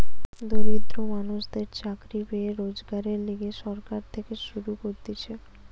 দরিদ্র মানুষদের চাকরি পেয়ে রোজগারের লিগে সরকার থেকে শুরু করতিছে